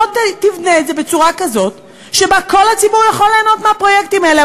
לא תבנה את זה בצורה כזאת שכל הציבור יכול ליהנות מהפרויקטים האלה?